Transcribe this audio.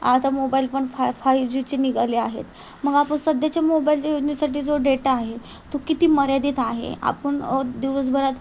आता मोबाईल पण फाय फाईव्ह जीचे निघाले आहेत मग आपण सध्याच्या मोबाईलच्या योजनेसाठी जो डेटा आहे तो किती मर्यादित आहे आपण दिवसभरात